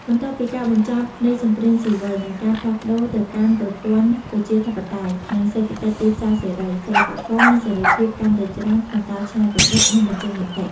បន្ទាប់ពីការបញ្ចប់នៃសង្គ្រាមស៊ីវិល និងការផ្លាស់ប្តូរទៅកាន់ប្រព័ន្ធប្រជាធិបតេយ្យ និងសេដ្ឋកិច្ចទីផ្សារសេរី សិល្បករមានសេរីភាពកាន់តែច្រើនក្នុងការច្នៃប្រឌិត និងបញ្ចេញមតិ។